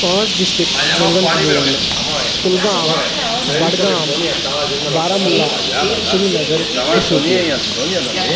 پانٛژھ ڈسٹرک یِم زن کہِ بہٕ وَنہٕ کلگام بڈگام برہمُلہ سرینگر تِہ شپیان